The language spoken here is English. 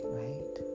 right